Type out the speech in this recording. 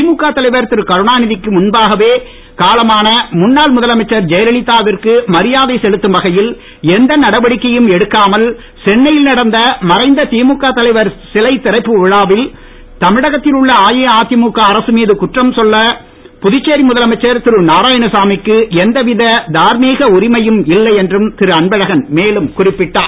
திமுக தலைவர் கருணாநிதிக்கு முன்பாகவே காலமான முன்னாள் முதலமைச்சர் ஜெயல்லிதாவிற்கு மரியாதை செலுத்தும் வகையில் எந்த நடவடிக்கையும் எடுக்காமல் சென்னையில் நடந்த மறைந்த திமுக தலைவர் சிலை திறப்பு விழாவில் தமிழகத்தில் அஇஅதிமுக அரசு மீது குற்றம் சொல்லப் புதுச்சேரி முதலமைச்சர் திரு நாராயணசாமிக்கு எந்தவித தார்மீக உரிமையும் இல்லை என்று திரு அன்பழகன் மேலும் குறிப்பிட்டார்